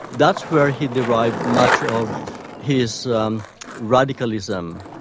that's where he devised much of his um radicalism,